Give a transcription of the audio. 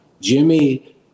Jimmy